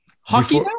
Hockey